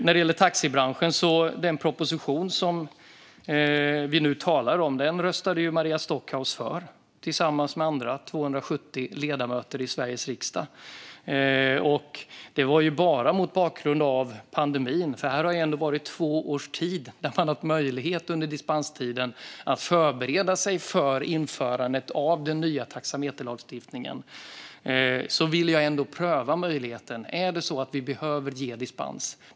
När det gäller taxibranschen röstade Maria Stockhaus tillsammans med 270 andra ledamöter i Sveriges riksdag för den proposition som vi nu talar om. Under två års dispenstid har man sedan haft möjlighet att förbereda sig för införandet av den nya taxameterlagstiftningen. Mot bakgrund av pandemin ville jag ändå pröva möjligheten att se om vi behöver ge dispens.